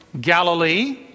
Galilee